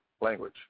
language